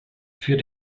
für